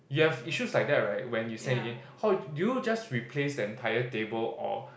you have issues like that right when you send in how do you just replace the entire table or